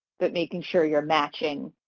but making sure you're matching